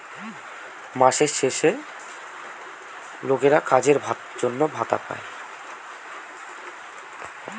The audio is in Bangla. মাসের শেষে লোকেরা কাজের জন্য ভাতা পাই